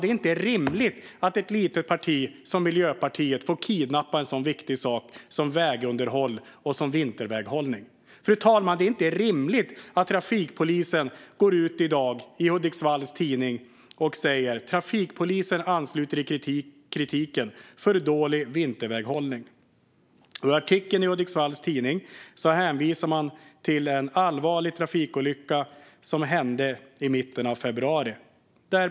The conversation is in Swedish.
Det är inte rimligt att ett litet parti som Miljöpartiet får kidnappa en så viktig sak som vägunderhåll och vinterväghållning. Det är inte rimligt att trafikpolisen går ut i Hudiksvalls Tidning och säger: "Trafikpolisen ansluter i kritiken - för dålig vinterväghållning". I artikeln i Hudiksvalls Tidning hänvisar man till en allvarlig trafikolycka som inträffade i mitten av februari.